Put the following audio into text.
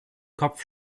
kopf